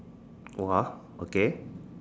okay